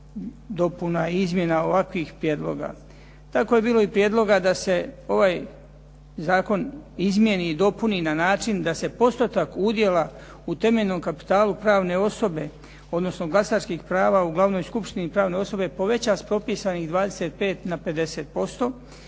dopuna i izmjena ovakvih prijedloga. Tako je bilo i prijedloga da se ovaj zakon izmjeni i dopuni na način da se postotak udjela u temeljnom kapitalu pravne osobe, odnosno glasačkih prava u glavnoj skupštini, pravne osobe poveća s propisanih 25 na 50%.